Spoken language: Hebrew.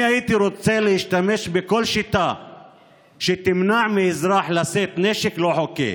אני הייתי רוצה להשתמש בכל שיטה שתמנע מאזרח לשאת נשק לא חוקי,